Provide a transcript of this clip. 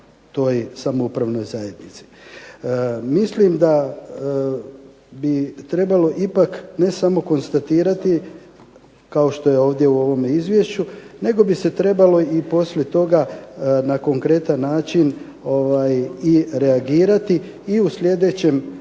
toj samoupravnoj zajednici. Mislim da bi trebalo ipak ne samo konstatirati kao što je ovdje u ovome izvješću nego bi se trebalo i poslije toga na konkretan način i reagirati i u slijedećem